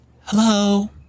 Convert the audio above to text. Hello